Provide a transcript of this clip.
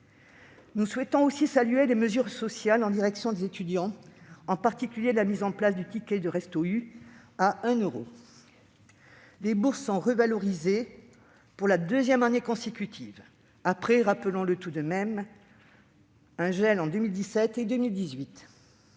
Nous souhaitons aussi saluer les mesures sociales prises en direction des étudiants, en particulier la mise en place du ticket de resto U à 1 euro. Les bourses sont revalorisées pour la deuxième année consécutive, après- rappelons-le tout de même -un gel en 2017 et en 2018.